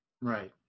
Right